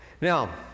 Now